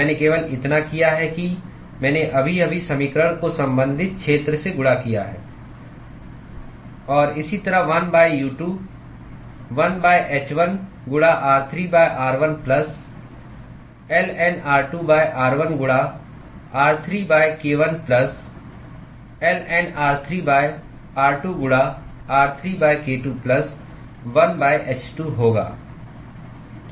मैंने केवल इतना किया है कि मैंने अभी अभी समीकरण को संबंधित क्षेत्र से गुणा किया है और इसी तरह 1 U2 1 h1 गुणा r3 r1 plus ln r2 r1 गुणा r3 k1 plus ln r3 r2 गुणा r3 k2 प्लस 1 h2 होगा